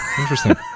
interesting